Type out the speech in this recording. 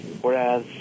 Whereas